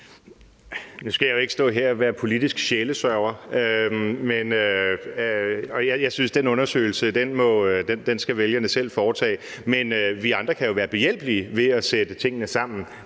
Nu skal jeg jo ikke stå her og være politisk sjælesørger, og jeg synes, at det er en undersøgelse, vælgerne selv skal foretage. Men vi andre kan være behjælpelige ved at sætte tingene sammen.